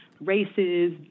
races